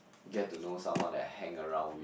get to know someone that I hang around with